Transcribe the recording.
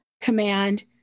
command